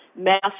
mass